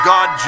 God